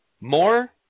more